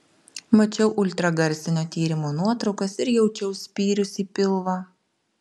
mačiau ultragarsinio tyrimo nuotraukas ir jaučiau spyrius į pilvą